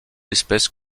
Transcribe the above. espèce